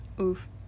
Oof